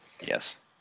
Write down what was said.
Yes